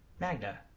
Magna